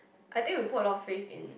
I think we put a lot of faith in